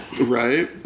Right